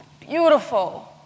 beautiful